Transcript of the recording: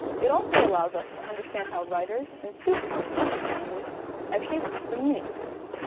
it also allows us to understand how writers and speakers of the english language have shaped the meaning of words.